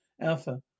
Alpha